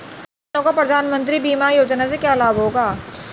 किसानों को प्रधानमंत्री बीमा योजना से क्या लाभ होगा?